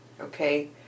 okay